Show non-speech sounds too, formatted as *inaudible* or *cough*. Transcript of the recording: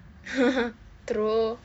*laughs* troll